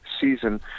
season